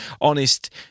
honest